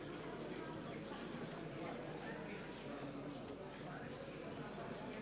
דני דנון, מצביע ניצן הורוביץ, מצביע צחי